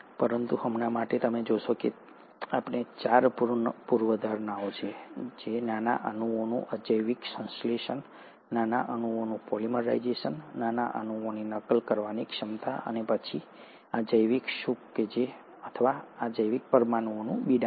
પરંતુ હમણાં માટે તમે જોશો કે ત્યાં ચાર પૂર્વધારણાઓ છે નાના અણુઓનું અજૈવિક સંશ્લેષણ નાના અણુઓનું પોલિમરાઇઝેશન નાના અણુઓની નકલ કરવાની ક્ષમતા અને પછી આ જૈવિક સૂપ અથવા આ જૈવિક પરમાણુઓનું બિડાણ